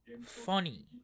funny